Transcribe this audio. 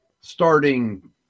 starting